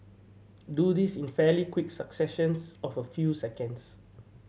do this in fairly quick successions of a few seconds